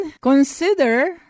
consider